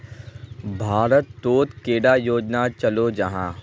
भारत तोत कैडा योजना चलो जाहा?